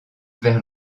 vers